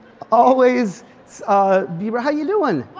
always be but how you doing?